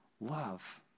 Love